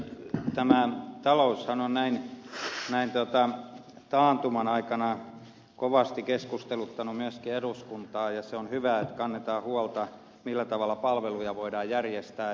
tämä taloushan on näin taantuman aikana kovasti keskusteluttanut myöskin eduskuntaa ja se on hyvä että kannetaan huolta millä tavalla palveluja voidaan järjestää